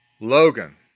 Logan